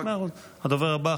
הדובר הבא,